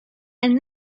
and